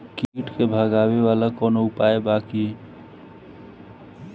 कीट के भगावेला कवनो उपाय बा की?